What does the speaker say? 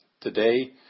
today